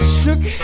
shook